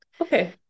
Okay